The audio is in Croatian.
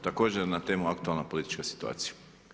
Također na temu aktualna politička situacija.